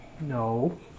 No